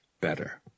Better